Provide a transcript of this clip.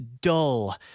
dull